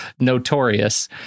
Notorious